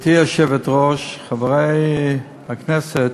גברתי היושבת-ראש, חברי הכנסת,